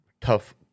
tough